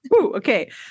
Okay